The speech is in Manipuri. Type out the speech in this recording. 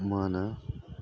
ꯃꯥꯅ